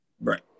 Right